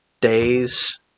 days